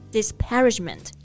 Disparagement